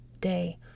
day